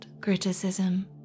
criticism